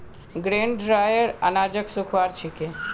grain dryer अनाजक सुखव्वार छिके